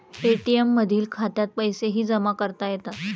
ATM मधील खात्यात पैसेही जमा करता येतात